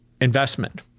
investment